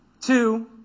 Two